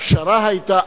הפשרה אז